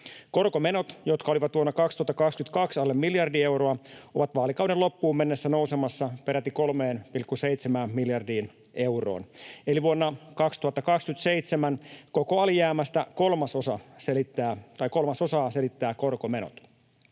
Korkomenot, jotka olivat vuonna 2022 alle miljardi euroa, ovat vaalikauden loppuun mennessä nousemassa peräti 3,7 miljardiin euroon, eli vuonna 2027 koko alijäämästä kolmasosaa selittävät korkomenot.